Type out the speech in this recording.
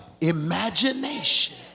Imagination